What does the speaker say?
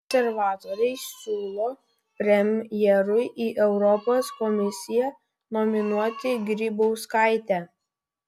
konservatoriai siūlo premjerui į europos komisiją nominuoti grybauskaitę